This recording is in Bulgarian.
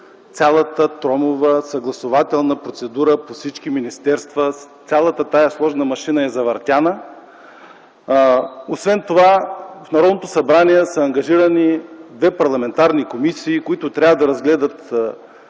цялата тромава, съгласувателна процедура по всички министерства. Цялата тази сложна машина е завъртяна. Освен това в Народното събрание са ангажирани две парламентарни комисии, които трябва да разгледат